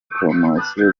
promosiyo